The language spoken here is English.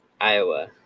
Iowa